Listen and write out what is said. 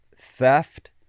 theft